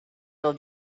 till